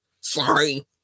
sorry